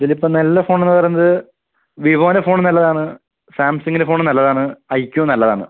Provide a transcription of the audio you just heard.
ഇതിലിപ്പോൾ നല്ല ഫോണെന്ന് പറയുന്നത് വിവോൻ്റെ ഫോണും നല്ലതാണ് സാംസങ്ങിൻ്റെ ഫോണും നല്ലതാണ് ഐ ക്യു നല്ലതാണ്